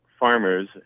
farmers